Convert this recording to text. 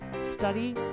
study